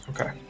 Okay